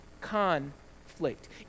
conflict